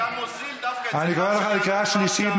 אתה מוזיל דווקא, אני קורא אותך בקריאה שלישית.